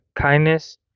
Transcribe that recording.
kindness